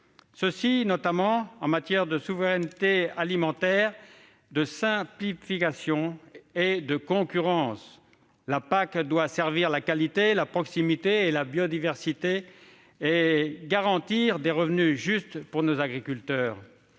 PAC, notamment en matière de souveraineté alimentaire, de simplification et de concurrence. La politique agricole commune doit servir la qualité, la proximité, la biodiversité, et garantir des revenus justes pour nos agriculteurs.